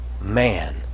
man